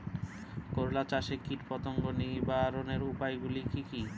করলা চাষে কীটপতঙ্গ নিবারণের উপায়গুলি কি কী?